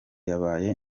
yabaye